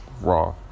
raw